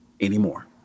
anymore